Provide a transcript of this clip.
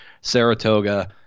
Saratoga